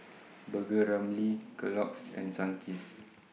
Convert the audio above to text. Burger Ramly Kellogg's and Sunkist